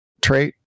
trait